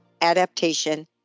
adaptation